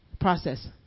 process